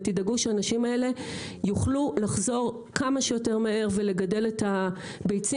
ותדאגו שהאנשים האלה יוכלו לחזור כמה שיותר מהר ולגדל את הביצים,